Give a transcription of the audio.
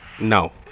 No